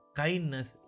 kindness